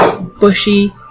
bushy